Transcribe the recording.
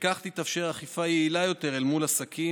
וכך תתאפשר אכיפה יעילה יותר אל מול עסקים,